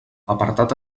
apartat